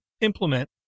implement